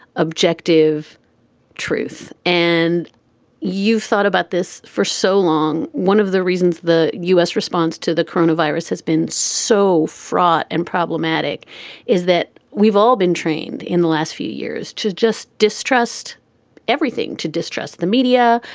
objective truth. and you thought about this for so long. one of the reasons the u s. response to the corona virus has been so fraught and problematic is that we've all been trained in the last few years to just distrust everything, to distrust the media,